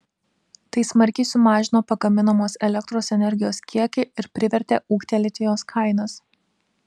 tai smarkiai sumažino pagaminamos elektros energijos kiekį ir privertė ūgtelėti jos kainas